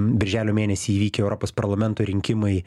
birželio mėnesį įvykę europos parlamento rinkimai